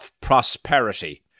prosperity